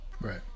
right